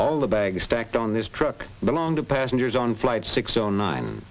all the bags stacked on this truck belong to passengers on flight six o nine